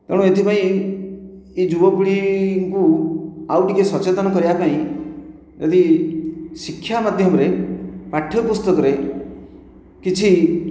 ତେଣୁ ଏଥିପାଇଁ ଏଇ ଯୁବପୀଢ଼ିଙ୍କୁ ଆଉ ଟିକେ ସଚେତନ କରିବା ପାଇଁ ଯଦି ଶିକ୍ଷା ମାଧ୍ୟମରେ ପାଠ୍ୟ ପୁସ୍ତକରେ କିଛି